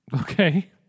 Okay